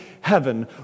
heaven